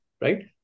right